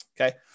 Okay